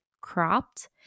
cropped